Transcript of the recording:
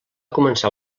començar